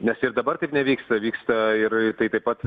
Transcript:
nes ir dabar taip nevyksta vyksta ir ir tai taip pat